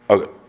Okay